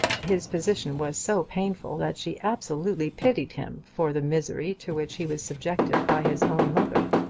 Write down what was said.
his position was so painful that she absolutely pitied him for the misery to which he was subjected by his own mother.